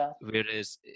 Whereas